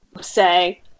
say